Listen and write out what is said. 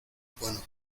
bueno